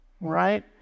right